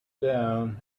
down